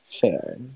fair